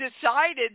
decided